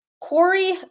Corey